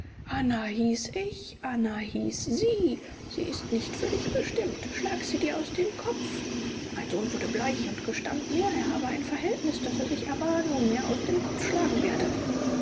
anna hieß ich anna hieß sie sie ist nicht für dich bestimmt schlage sie dir aus dem kopf mein sohn wurde bleich und gestand mir er habe ein verhältnis das er sich aber nunmehr aus dem kopf schlagen werde